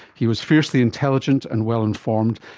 he was fiercely intelligent and well-informed,